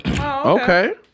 Okay